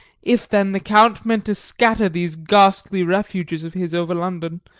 if then the count meant to scatter these ghastly refuges of his over london,